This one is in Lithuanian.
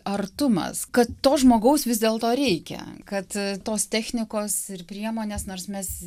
artumas kad to žmogaus vis dėlto reikia kad tos technikos ir priemonės nors mes